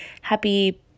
Happy